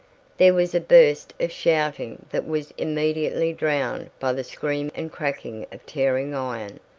there was a burst of shouting that was immediately drowned by the scream and cracking of tearing iron,